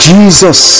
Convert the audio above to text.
Jesus